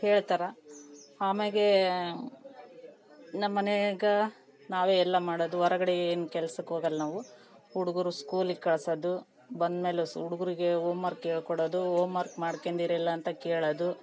ಹೇಳ್ತಾರೆ ಆಮೇಲೆ ನಮ್ಮ ಮನೆಯಾಗೆ ನಾವೇ ಎಲ್ಲ ಮಾಡೋದು ಹೊರಗಡೆ ಏನು ಕೆಲಸ ಹೋಗೋಲ್ಲ ನಾವು ಹುಡುಗರು ಸ್ಕೂಲಿಗ ಕಳ್ಸೋದು ಬಂದಮೇಲೆ ಸು ಹುಡುಗರಿಗೆ ಓಮ್ ವರ್ಕ್ ಹೇಳ್ಕೊಡೋದು ಓಮ್ ವರ್ಕ್ ಮಾಡ್ಕೊಂಡಿರೆಲ್ಲ ಅಂತ ಕೇಳೋದು